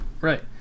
right